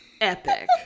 epic